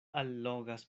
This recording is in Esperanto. allogas